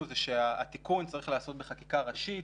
היא שהתיקון צריך להיעשות בחקיקה ראשית,